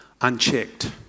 unchecked